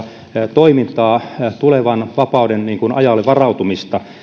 toimintaa tulevan vapauden ajalle varautumista